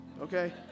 okay